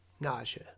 Nausea